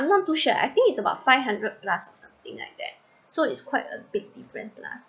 I'm not too sure I think is about five hundred plus or something like that so it's quite a big difference lah